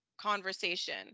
conversation